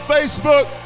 Facebook